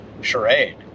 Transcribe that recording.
charade